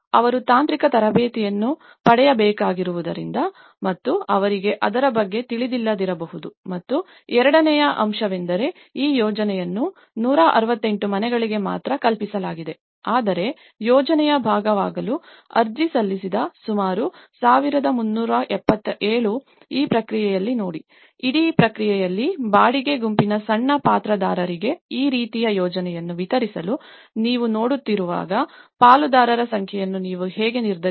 ಅವರು ತಾಂತ್ರಿಕ ತರಬೇತಿಯನ್ನು ಪಡೆಯಬೇಕಾಗಿರುವುದರಿಂದ ಮತ್ತು ಅವರಿಗೆ ಅದರ ಬಗ್ಗೆ ತಿಳಿದಿಲ್ಲದಿರಬಹುದು ಮತ್ತು ಎರಡನೆಯ ಅಂಶವೆಂದರೆ ಈ ಯೋಜನೆಯನ್ನು 168 ಮನೆಗಳಿಗೆ ಮಾತ್ರ ಕಲ್ಪಿಸಲಾಗಿದೆ ಆದರೆ ಯೋಜನೆಯ ಭಾಗವಾಗಲು ಅರ್ಜಿ ಸಲ್ಲಿಸಿದ ಸುಮಾರು 1377 ಈ ಪ್ರಕ್ರಿಯೆಯಲ್ಲಿ ನೋಡಿ ಇಡೀ ಪ್ರಕ್ರಿಯೆಯಲ್ಲಿ ಬಾಡಿಗೆ ಗುಂಪಿನ ಸಣ್ಣ ಪಾತ್ರದಾರರಿಗೆ ಈ ರೀತಿಯ ಯೋಜನೆಯನ್ನು ವಿತರಿಸಲು ನೀವು ನೋಡುತ್ತಿರುವಾಗ ಪಾಲುದಾರರ ಸಂಖ್ಯೆಯನ್ನು ನೀವು ಹೇಗೆ ನಿರ್ಧರಿಸುತ್ತೀರಿ